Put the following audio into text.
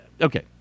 okay